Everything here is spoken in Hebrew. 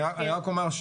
אני רק אומר,